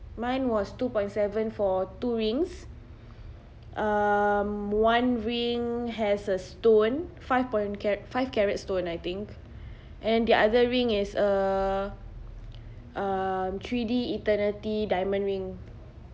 mine was two point seven for two rings um one ring has a stone five point five carats stone I think and the other ring is uh uh three D eternity diamond ring